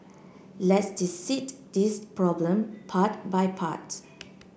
let's dissect this problem part by part